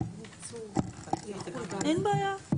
אין בעיה.